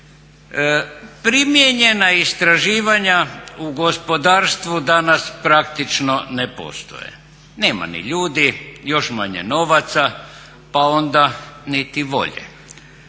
Primijenjena istraživanja u gospodarstvu danas praktično ne postoje, nema ni ljudi, još manje novaca pa onda niti volje.